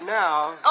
now